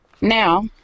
now